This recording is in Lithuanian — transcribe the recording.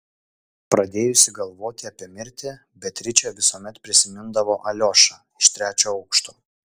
pradėjusi galvoti apie mirtį beatričė visuomet prisimindavo aliošą iš trečio aukšto